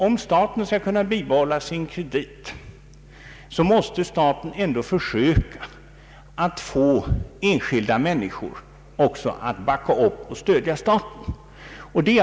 Om staten skall kunna bibehålla sin kredit måste staten försöka få enskilda människor att också backa upp och stödja staten.